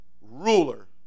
ruler